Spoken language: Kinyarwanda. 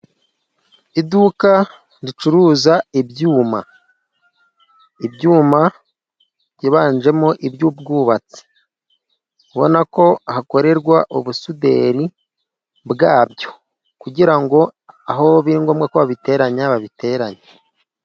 Iduka ricuruza ibyuma. Ibyuma byibanjemo iby'ubwubatsi ubonana ko hakorerwa ubusuderi bwabyo kugira ngo aho biri ngombwa ko babiteranya ,babiteranye.